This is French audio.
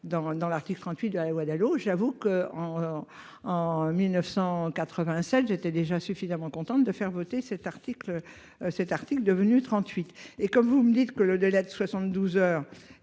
dans l'article 38 de la loi Dalo. J'avoue qu'en. En 1987, j'étais déjà suffisamment contente de faire voter cet article. Cet article devenu 38 et comme vous me dites que le délai de 72 heures